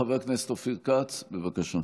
חבר הכנסת אופיר כץ, בבקשה.